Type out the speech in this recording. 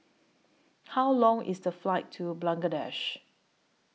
How Long IS The Flight to Bangladesh